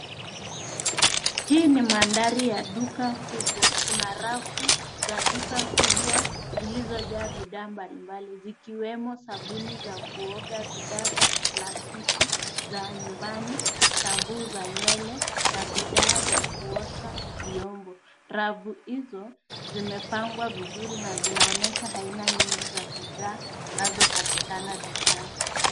Hii ni mandhari ya duka kubwa, kuna rafu za duka kubwa, zilizojaa bidhaa mbalimbali zikiwemo sabuni za kuoga, bidhaa za plastiki, za nyumbani, shampoo za nywele, na bidhaa za kuosha vyombo. Rafu hizo, zimepangwa vizuri na zinaonyesha aina nyingi za bidhaa, zinazopatikana dukani.